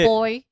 boy